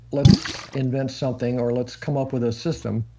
let's invent something, or let's come up with a system.